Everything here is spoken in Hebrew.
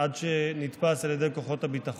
עד שהוא נתפס על ידי כוחות הביטחון.